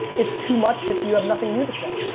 it's too much if you have nothing new to say,